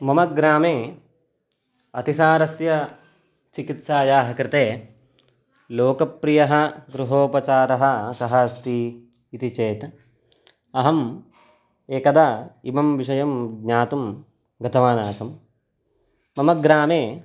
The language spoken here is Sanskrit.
मम ग्रामे अतिसारस्य चिकित्सायाः कृते लोकप्रियः गृहोपचारः कः अस्ति इति चेत् अहम् एकदा इमं विषयं ज्ञातुं गतवान् आसम् मम ग्रामे